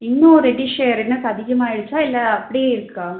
இன்னும் reddish redness அதிகமாயிடுச்சா இல்லை அப்படியே இருக்கா